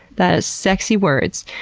that is sexy words.